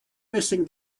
missing